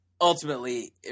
Ultimately